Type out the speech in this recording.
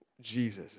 Jesus